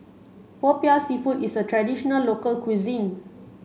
Popiah Seafood is a traditional local cuisine